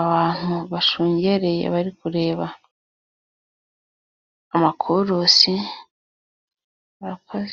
abantu bashungereye, bari kureba amakurusi.